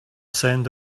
send